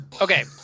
Okay